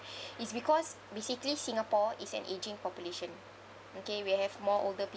is because basically singapore is an ageing population okay we have more older